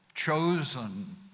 chosen